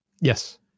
Yes